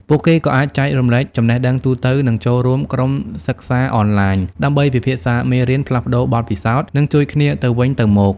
ពួកគេក៏អាចចែករំលែក ចំណេះដឹងទូទៅ និងចូលរួម ក្រុមសិក្សាអនឡាញ ដើម្បីពិភាក្សាមេរៀន ផ្លាស់ប្ដូរបទពិសោធន៍ និងជួយគ្នាទៅវិញទៅមក។